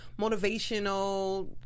motivational